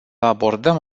abordăm